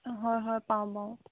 হয় হয় পাওঁ বাৰু